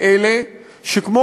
הטענה העיקרית צריכה לבוא לאלה שכמו